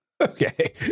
Okay